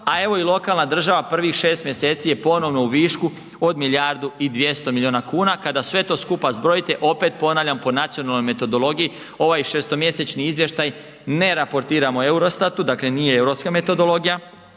a evo i lokalna država prvih 6 mjeseci je ponovno u višku od milijardu i 200 milijuna kuna. Kada sve to skupa zbrojite opet ponavljam po nacionalnoj metodologiji ovaj 6.-mjesečni izvještaj ne raportiramo Eurostatu, dakle nije europska metodologija,